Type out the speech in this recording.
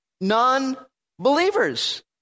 non-believers